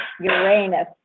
Uranus